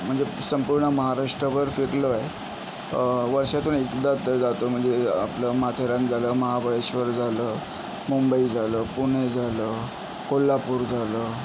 म्हणजे संपूर्ण महाराष्ट्रभर फिरलो आहे वर्षातून एकदा तरी जातो म्हणजे आपलं माथेरान झालं महाबळेश्वर झालं मुंबई झालं पुणे झालं कोल्हापूर झालं